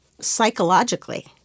psychologically